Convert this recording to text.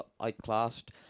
outclassed